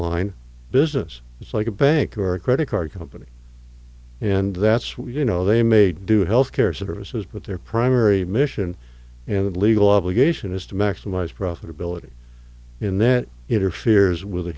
line business it's like a bank or a credit card company and that's what you know they may do health care services but their primary mission and the legal obligation is to maximize profit ability in that interferes with the